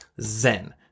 Zen